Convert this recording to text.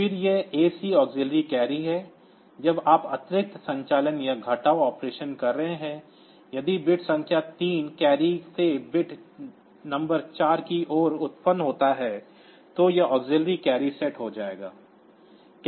फिर यह AC auxiliary carry है जब आप अतिरिक्त संचालन या घटाव ऑपरेशन कर रहे हैं यदि बिट संख्या 3 कैरी से बिट नंबर 4 की ओर उत्पन्न होता है तो यह auxiliary कैरी सेट हो जाएगा